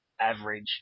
average